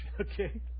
Okay